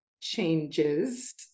changes